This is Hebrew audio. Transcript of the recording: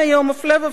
הפלא ופלא,